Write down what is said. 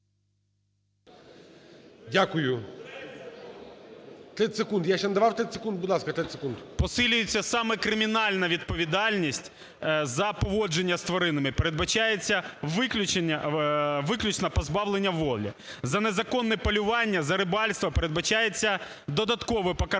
Дякую. 30 секунд. Я ще не давав 30 секунд. Будь ласка, 30 секунд. ІВЧЕНКО В.Є. … посилюється саме кримінальна відповідальність за поводження з тваринами, передбачається виключно позбавлення волі. За незаконне полювання, за рибальство передбачається додаткове покарання